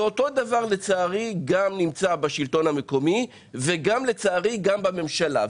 ואותו דבר לצערי גם נמצא בשלטון המקומי וגם לצערי גם בממשלה.